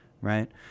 right